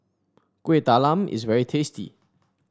Kueh Talam is very tasty